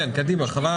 כן, קדימה, חבל על הזמן.